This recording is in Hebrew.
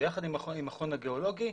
ביחד עם המכון הגיאולוגי,